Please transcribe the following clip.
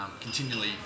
continually